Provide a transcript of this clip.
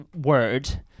word